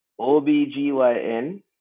OBGYN